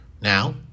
Now